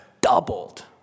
doubled